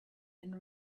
and